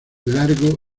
largo